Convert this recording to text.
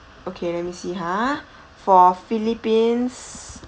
okay let me see ha for philippines